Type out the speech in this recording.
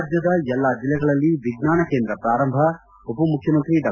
ರಾಜ್ಯದ ಎಲ್ಲಾ ಜಿಲ್ಲೆಗಳಲ್ಲಿ ವಿಜ್ವಾನ ಕೇಂದ್ರ ಪ್ರಾರಂಭ ಉಪಮುಖ್ಯಮಂತ್ರಿ ಡಾ